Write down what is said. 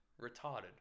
retarded